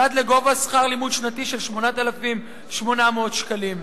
ועד לגובה שכר לימוד שנתי של 8,800 שקלים.